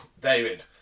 David